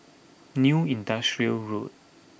New Industrial Road